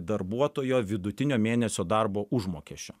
darbuotojo vidutinio mėnesio darbo užmokesčio